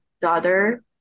daughter